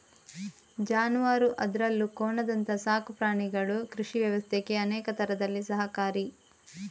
ಜಾನುವಾರು ಅದ್ರಲ್ಲೂ ಕೋಣದಂತ ಸಾಕು ಪ್ರಾಣಿಗಳು ಕೃಷಿ ವ್ಯವಸ್ಥೆಗೆ ಅನೇಕ ತರದಲ್ಲಿ ಸಹಕಾರಿ